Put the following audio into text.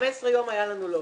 15 יום היה לנו להוסיף,